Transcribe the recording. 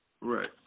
right